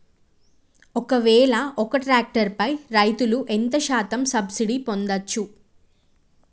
ఒక్కవేల ఒక్క ట్రాక్టర్ పై రైతులు ఎంత శాతం సబ్సిడీ పొందచ్చు?